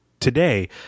today